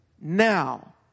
Now